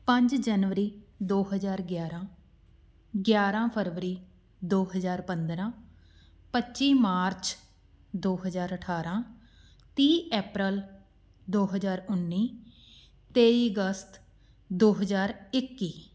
ਪੰਜ ਜਨਵਰੀ ਦੋ ਹਜ਼ਾਰ ਗਿਆਰ੍ਹਾਂ ਗਿਆਰ੍ਹਾਂ ਫਰਵਰੀ ਦੋ ਹਜ਼ਾਰ ਪੰਦਰ੍ਹਾਂ ਪੱਚੀ ਮਾਰਚ ਦੋ ਹਜ਼ਾਰ ਅਠਾਰ੍ਹਾਂ ਤੀਹ ਐਪ੍ਰਲ ਦੋ ਹਜ਼ਾਰ ਉੱਨੀ ਤੇਈ ਅਗਸਤ ਦੋ ਹਜ਼ਾਰ ਇੱਕੀ